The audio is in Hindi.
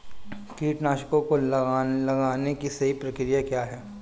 कीटनाशकों को लगाने की सही प्रक्रिया क्या है?